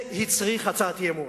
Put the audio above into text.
זה הצריך הצעת אי-אמון.